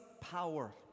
power